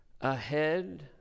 ahead